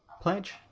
Pledge